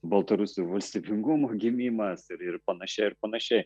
baltarusių valstybingumo gimimas ir ir panašiai ir panašiai